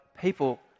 people